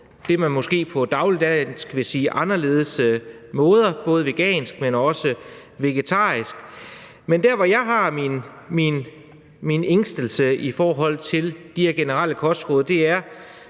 som man måske på dagligt dansk vil sige anderledes måder, både vegansk, men også vegetarisk. Men der, hvor jeg har min ængstelse i forhold til de her generelle kostråd, er,